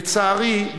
לצערי,